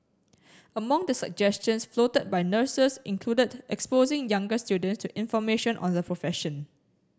among the suggestions floated by nurses included exposing younger students to information on the profession